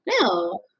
No